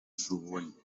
schon